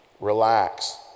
relax